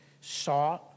saw